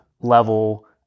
level